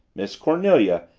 miss cornelia,